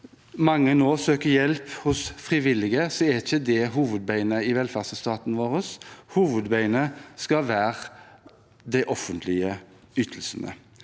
mange nå søker hjelp hos frivillige, er ikke det hovedbeinet i velferdsstaten vår. Hovedbeinet skal være de offentlige ytelsene.